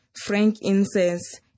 frankincense